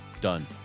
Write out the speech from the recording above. Done